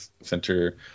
center